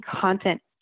content